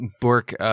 Bork